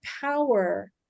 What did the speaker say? power